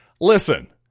Listen